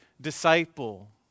disciple